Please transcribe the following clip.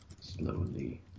Slowly